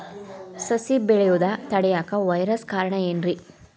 ಸಸಿ ಬೆಳೆಯುದ ತಡಿಯಾಕ ವೈರಸ್ ಕಾರಣ ಏನ್ರಿ?